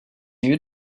you